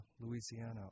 Louisiana